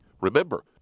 Remember